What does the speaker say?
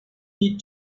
need